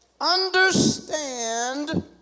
Understand